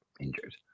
injured